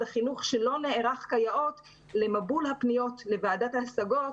החינוך שלא נערך כיאות למבול הפניות לוועדת ההשגות,